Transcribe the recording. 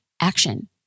action